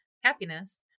happiness